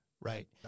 Right